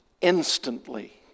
instantly